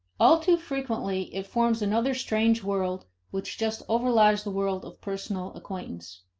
all too frequently it forms another strange world which just overlies the world of personal acquaintance.